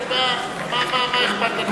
אתה יודע, מה אכפת לך.